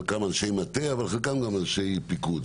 חלקם אנשי מטה אבל חלקם אנשי פיקוד,